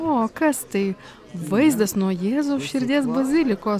o kas tai vaizdas nuo jėzaus širdies bazilikos